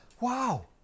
wow